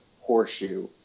horseshoe